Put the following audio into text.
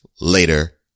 later